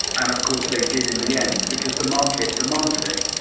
and of course they did in the end, because the market demanded it.